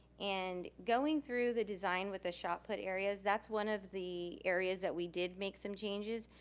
and going through the design with the shot put areas, that's one of the areas that we did make some changes.